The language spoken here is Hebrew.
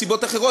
מסיבות אחרות,